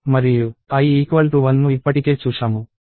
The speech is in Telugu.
కాబట్టి i 0 మరియు i 1ను ఇప్పటికే చూశాము